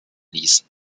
ließen